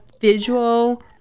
visual